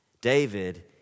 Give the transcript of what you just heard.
David